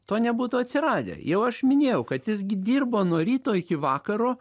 to nebūtų atsiradę jau aš minėjau kad jis gi dirbo nuo ryto iki vakaro